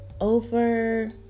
over